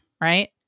Right